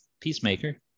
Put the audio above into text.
peacemaker